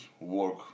work